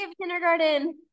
kindergarten